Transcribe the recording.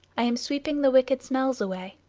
i am sweeping the wicked smells away.